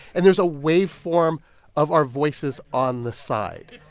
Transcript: and there's a waveform of our voices on the side.